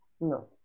No